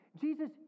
Jesus